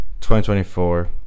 2024